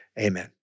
amen